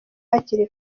hakiri